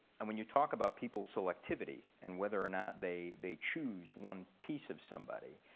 and when you talk about people's selectivity and whether or not they they choose one piece of somebody,